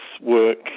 work